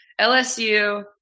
LSU